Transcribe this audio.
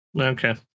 Okay